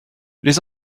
les